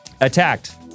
attacked